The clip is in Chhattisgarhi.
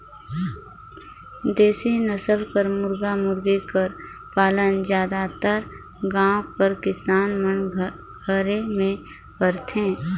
देसी नसल कर मुरगा मुरगी कर पालन जादातर गाँव कर किसान मन घरे में करथे